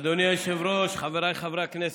אדוני היושב-ראש, חבריי חברי הכנסת,